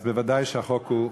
אז ודאי שהחוק הוא,